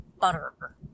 butter